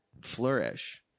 flourish